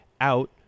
out